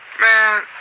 Man